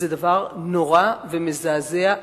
זה דבר נורא ומזעזע,